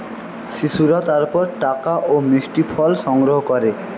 শিশুরাও তারপর টাকা ও মিষ্টি ফল সংগ্রহ করে